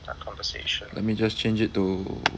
a conversation let me just change it to